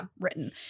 written